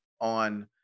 on